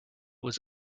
was